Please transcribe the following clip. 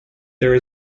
there